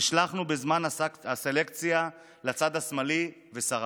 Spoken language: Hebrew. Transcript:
נשלחנו בזמן הסלקציה לצד השמאלי, ושרדנו.